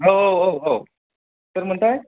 औ औ औ औ सोरमोनथाय